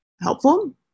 helpful